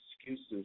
excuses